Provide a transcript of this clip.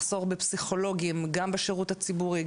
מחסור בפסיכולוגים גם בשרות הציבורי,